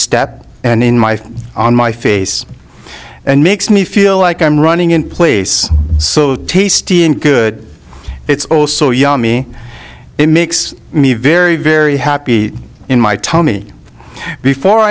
step and in my on my face and makes me feel like i'm running in place so tasty and good it's all so yummy it makes me very very happy in my tummy before